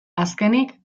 azkenik